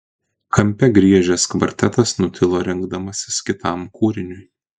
kampe griežęs kvartetas nutilo rengdamasis kitam kūriniui